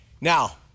Now